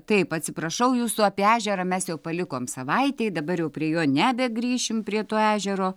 taip atsiprašau jūsų apie ežerą mes jau palikom savaitei dabar jau prie jo nebegrįšim prie to ežero